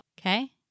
Okay